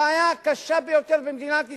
הבעיה הקשה ביותר במדינת ישראל,